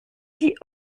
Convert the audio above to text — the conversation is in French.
dit